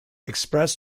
express